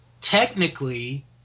technically